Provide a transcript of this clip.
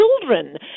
children